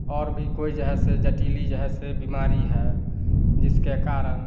और भी कोई जो है सो जटिल जो है से बीमारी है जिसके कारण